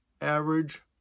average